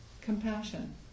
Compassion